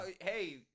Hey